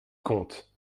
compte